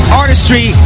artistry